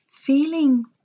Feeling